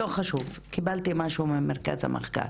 לא חשוב, קיבלתי משהו ממרכז המחקר,